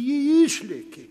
ji išlėkė